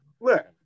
Look